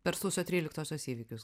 per sausio tryliktosios įvykius